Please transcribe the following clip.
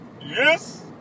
Yes